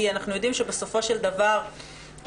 כי אנחנו יודעים שבסופו של דבר --- היתה